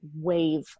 wave